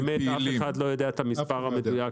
אף אחד לא יודע את המספר המדויק.